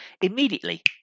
immediately